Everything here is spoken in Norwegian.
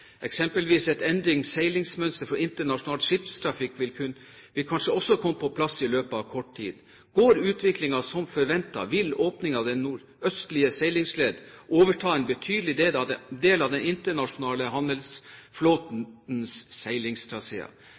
eksempelvis vil kanskje et endret seilingsmønster for internasjonal skipstrafikk også komme på plass i løpet av kort tid. Går utviklingen som forventet, vil åpningen av den nordøstlige seilingsleden overta en betydelig del av den internasjonale handelsflåtens seilingstraseer. Den